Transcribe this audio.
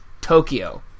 Tokyo